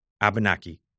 Abenaki